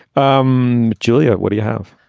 um julia, what do you have?